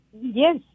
Yes